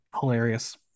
Hilarious